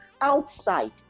outside